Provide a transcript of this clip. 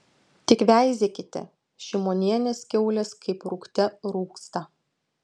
tik veizėkite šimonienės kiaulės kaip rūgte rūgsta